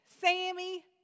Sammy